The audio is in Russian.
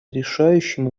решающем